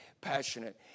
passionate